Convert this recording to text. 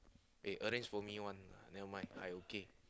eh arrange for me one lah never mind I okay